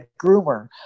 groomer